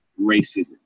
racism